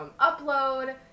upload